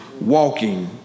walking